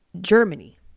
Germany